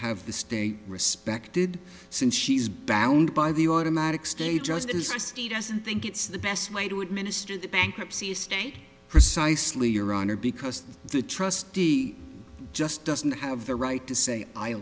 have the state respected since she's back down by the automatic stay just as he doesn't think it's the best way to administer the bankruptcy state precisely your honor because the trustee just doesn't have the right to say i